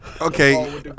Okay